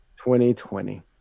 2020